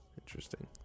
Interesting